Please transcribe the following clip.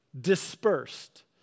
dispersed